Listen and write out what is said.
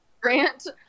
Grant